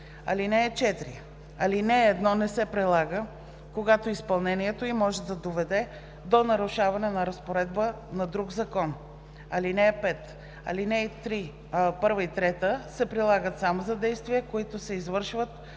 (4) Алинея 1 не се прилага, когато изпълнението ѝ може да доведе до нарушаване на разпоредба на друг закон. (5) Алинеи 1 и 3 се прилагат само за действия, които се извършват за пряка или